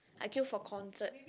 I queue for concert